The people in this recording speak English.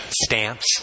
Stamps